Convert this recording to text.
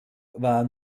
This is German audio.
war